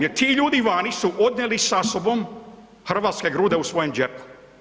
Jer ti ljudi vani su odnijeli sa sobom hrvatske grude u svojem džepu.